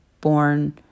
born